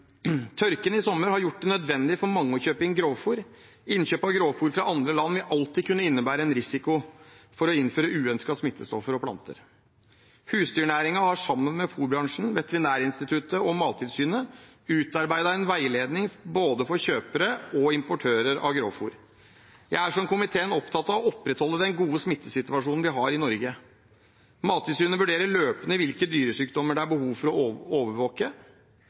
Tørken i sommer har gjort det nødvendig for mange å kjøpe inn grovfôr. Innkjøp av grovfôr fra andre land vil alltid kunne innebære en risiko for å innføre uønskede smittestoffer og planter. Husdyrnæringen har sammen med fôrbransjen, Veterinærinstituttet og Mattilsynet utarbeidet en veiledning for både kjøpere og importører av grovfôr. Jeg er, som komiteen, opptatt av å opprettholde den gode smittesituasjonen vi har i Norge. Mattilsynet vurderer løpende hvilke dyresykdommer det er behov for å overvåke.